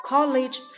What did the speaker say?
College